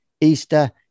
Easter